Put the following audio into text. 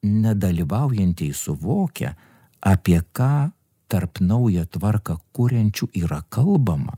nedalyvaujantys suvokia apie ką tarp naują tvarką kuriančių yra kalbama